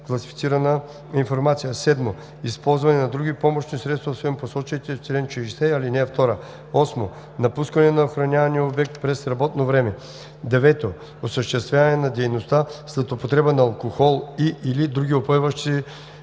класифицирана информация; 7. използване на други помощни средства, освен посочените в чл. 60, ал. 2; 8. напускане на охранявания обект през работно време; 9. осъществяване на дейността след употреба на алкохол и/или други упойващи